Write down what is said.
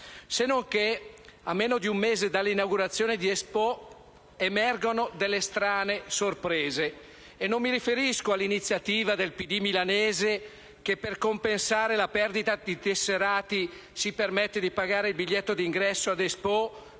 Se non che, a meno di un mese dall'inaugurazione di Expo, emergono delle strane sorprese. Non mi riferisco all'iniziativa del Partito Democratico milanese che, per compensare la perdita di tesserati, si permette di pagare il biglietto di ingresso ad Expo